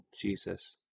Jesus